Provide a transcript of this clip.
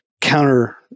counter